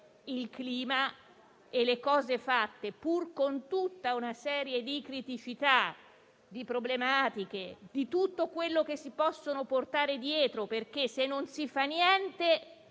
al clima e alle cose fatte, pur con tutta una serie di criticità e di problematiche che si possono portare dietro (se non si fa niente